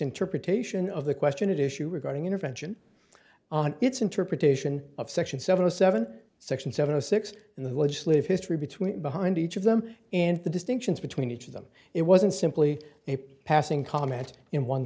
interpretation of the question at issue regarding intervention on its interpretation of section seven zero seven section seven zero six and the legislative history between behind each of them and the distinctions between each of them it wasn't simply a passing comment in one